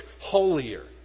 holier